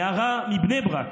נערה מבני ברק,